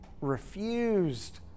refused